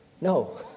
No